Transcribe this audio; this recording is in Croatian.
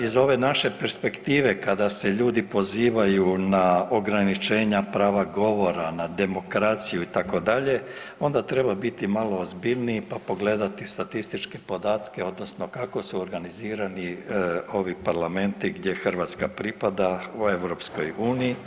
Iz ove naše perspektive kada se ljudi pozivaju na ograničenja prava govora, na demokraciju itd., onda treba biti malo ozbiljniji pa pogledati statističke podatke odnosno kako su organizirani ovi parlamenti gdje Hrvatska pripada u EU.